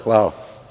Hvala.